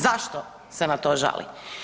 Zašto se na to žali?